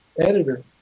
editor